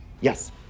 Yes